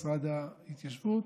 משרד ההתיישבות,